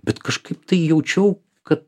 bet kažkaip tai jaučiau kad